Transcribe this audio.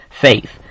faith